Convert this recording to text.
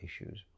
issues